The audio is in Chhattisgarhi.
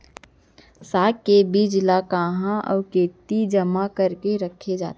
साग के बीज ला कहाँ अऊ केती जेमा करके रखे जाथे?